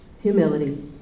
Humility